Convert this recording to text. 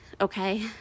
Okay